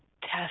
test